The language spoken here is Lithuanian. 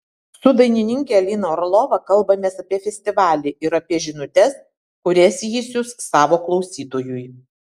su dainininke alina orlova kalbamės apie festivalį ir apie žinutes kurias ji siųs savo klausytojui